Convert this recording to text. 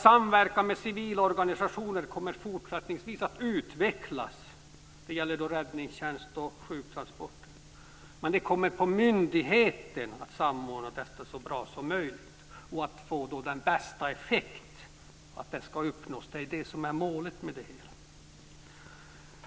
Samverkan med civila organisationer kommer framöver att utvecklas. Det gäller räddningstjänst och sjuktransporter. Det ankommer på myndigheten att samordna detta så bra som möjligt så att den bästa effekten uppnås. Det är målet med det hela.